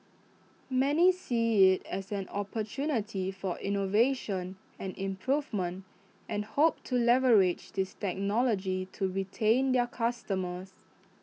many see IT as an opportunity for innovation and improvement and hope to leverage this technology to retain their customers